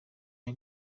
bya